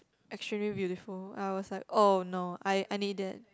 extremely beautiful I was like oh no I I need that